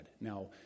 Now